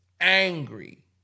angry